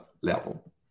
level